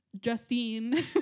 Justine